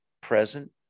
present